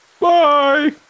Bye